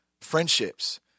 Friendships